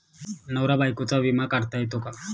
नवरा बायकोचा विमा काढता येतो का?